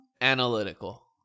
analytical